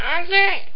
Okay